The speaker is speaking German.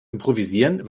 improvisieren